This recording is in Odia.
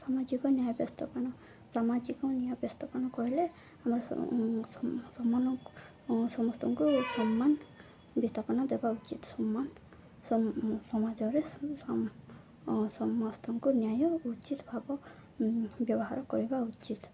ସାମାଜିକ ନିନ୍ୟୟପ୍ୟସ୍ତକାନ ସାମାଜିକ ନିନ୍ୟଆପ୍ୟସ୍ତକାନ କହିଲେ ଆମର ସମାନ ସମସ୍ତଙ୍କୁ ସମ୍ମାନ ବିସ୍ତାପନ ଦେବା ଉଚିତ ସମ୍ମାନ ସମାଜରେ ସମସ୍ତଙ୍କୁ ନ୍ୟାୟ ଉଚିତ୍ ଭାବରେ ବ୍ୟବହାର କରିବା ଉଚିତ୍